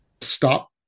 stop